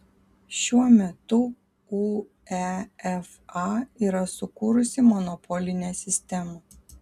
šiuo metu uefa yra sukūrusi monopolinę sistemą